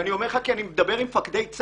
אני אומר את זה כי אני מדבר עם מפקדי צה"ל.